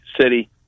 city